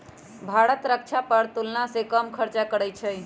भारत रक्षा पर तुलनासे कम खर्चा करइ छइ